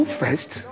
first